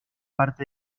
parte